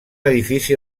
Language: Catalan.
edifici